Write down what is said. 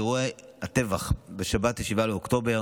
לאחר אירועי הטבח בשבת 7 באוקטובר